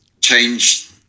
change